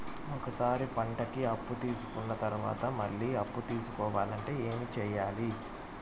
ఒక సారి పంటకి అప్పు తీసుకున్న తర్వాత మళ్ళీ అప్పు తీసుకోవాలంటే ఏమి చేయాలి?